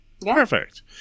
perfect